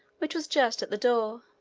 which was just at the door,